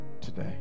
today